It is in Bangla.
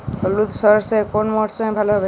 হলুদ সর্ষে কোন মরশুমে ভালো হবে?